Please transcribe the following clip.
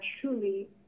truly